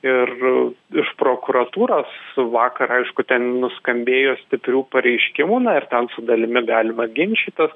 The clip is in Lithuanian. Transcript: ir iš prokuratūros vakar aišku ten nuskambėjo stiprių pareiškimų na ir ten su dalimi galima ginčytis